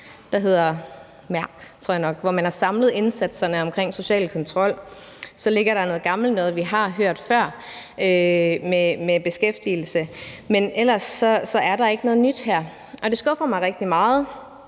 tror jeg nok, hvor man har samlet indsatserne omkring social kontrol. Så ligger der noget gammelt noget, vi har hørt før, med beskæftigelse. Men ellers er der ikke noget nyt her. Og det skuffer mig rigtig meget.